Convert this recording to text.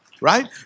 right